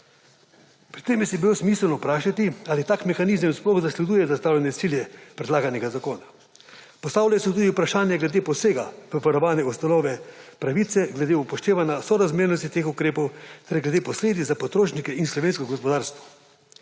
Pri tem bi se bilo smiselno vprašati, ali tak mehanizem sploh zasleduje zastavljene cilje predlaganega zakona. Postavlja se tudi vprašanje glede posega v varovane ustavne pravice glede upoštevanja sorazmernosti teh ukrepov ter glede posledic za potrošnike in slovensko gospodarstvo.